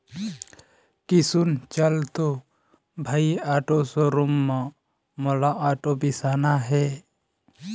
किसुन चल तो भाई आटो शोरूम म मोला आटो बिसाना हे